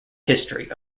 history